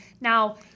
Now